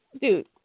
dude